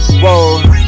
whoa